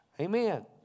Amen